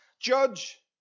judge